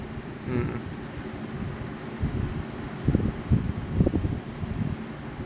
mm